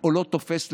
או לא תופס לגביו.